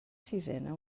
sisena